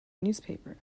newspaper